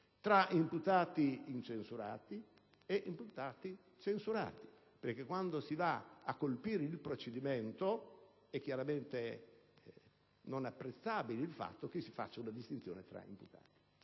tra imputati incensurati e imputati censurati, perché quando si va a colpire il procedimento, è chiaramente non apprezzabile il fatto che si faccia una distinzione tra imputati.